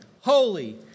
holy